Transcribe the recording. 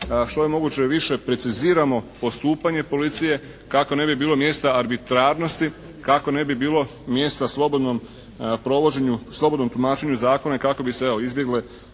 što je moguće više preciziramo postupanje policije kako ne bi bilo mjesta arbitrarnosti, kako ne bi bilo mjesta slobodnom provođenju, slobodnom tumačenju zakona i kako bi se evo izbjegle